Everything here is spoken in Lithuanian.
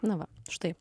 na va štai